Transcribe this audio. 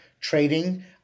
trading